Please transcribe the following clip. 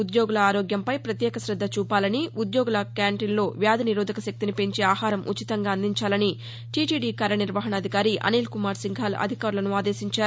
ఉద్యోగుల ఆరోగ్యంపై ప్రత్యేక శద్ద చూపాలని ఉద్యోగుల క్యాంటీన్లో వ్యాధి నిరోధక శక్తిని పెంచే ఆహారం ఉచితంగా అందించాలని టీటీడీ కార్య నిర్వహణాధికారి అనిల్ కుమార్ సింఘాల్ అధికారులను ఆదేశించారు